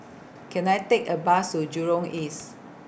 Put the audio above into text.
Can I Take A Bus to Jurong East